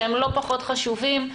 שהם לא פחות חשובים,